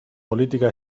política